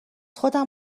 خودم